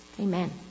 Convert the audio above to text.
Amen